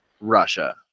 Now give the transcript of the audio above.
russia